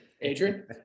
Adrian